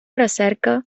recerca